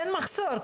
אין מחסור,